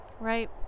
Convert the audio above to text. right